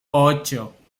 ocho